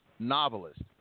novelist